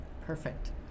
Perfect